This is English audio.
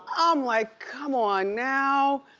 i'm like, come on now.